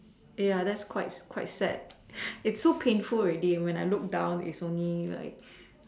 ya that's quite quite sad it is so painful already when I look down it's only like